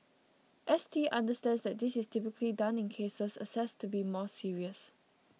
S T understands that this is typically done in cases assessed to be more serious